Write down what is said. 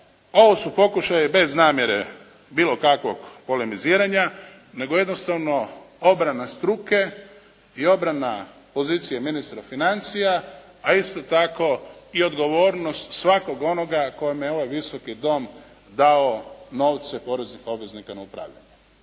ovo su pokušaji bez namjere bilo kakvog polemiziranja, nego jednostavno obrana struke i obrana pozicije ministra financija a isto tako odgovornost svakog onoga kome je ovaj Visoki dom dao novce poreznih obveznika na upravljanje.